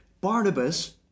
Barnabas